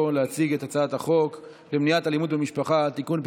להציג את הצעת החוק למניעת אלימות במשפחה (תיקון,